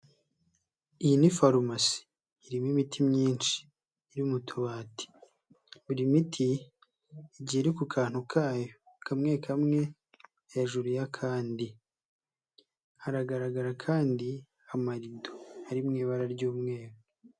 Iyi ni farumasi irimo imiti myinshi iri mu tubati buri miti igiye iri ku kantu kayo kamwe kamwe hejuru y'akandi haragaragara kandi amarido ari mu ibara ry'umweru.